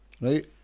right